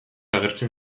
agertzen